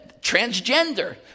transgender